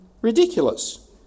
ridiculous